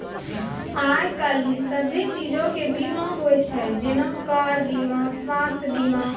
आइ काल्हि सभ्भे चीजो के बीमा होय छै जेना कार बीमा, स्वास्थ्य बीमा